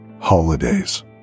holidays